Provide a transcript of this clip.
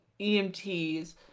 EMTs